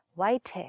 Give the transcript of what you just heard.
white